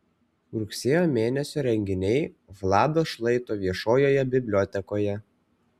rugsėjo mėnesio renginiai vlado šlaito viešojoje bibliotekoje